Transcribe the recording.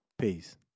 Peace